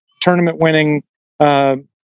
tournament-winning